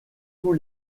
tous